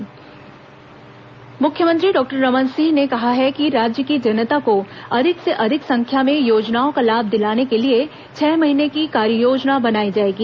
मुख्यमंत्री समीक्षा बैठक मुख्यमंत्री डॉक्टर रमन सिंह ने कहा कि राज्य की जनता को अधिक से अधिक संख्या में योजनाओं का लाभ दिलाने के लिए छह महीने की कार्ययोजना बनाई जाएगी